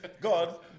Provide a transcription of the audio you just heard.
god